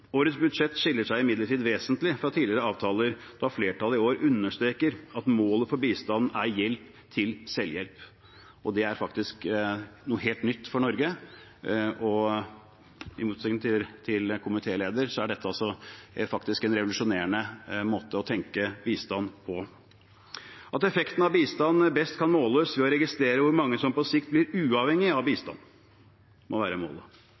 Årets budsjett skiller seg imidlertid vesentlig fra tidligere avtaler ved at flertallet i år understreker at målet for bistanden er hjelp til selvhjelp. Det er faktisk noe helt nytt for Norge – og i motsetning til komitélederen synes jeg dette faktisk er en revolusjonerende måte å tenke bistand på. At effekten av bistand best kan måles ved å registrere hvor mange som på sikt blir uavhengig av bistand, må være målet.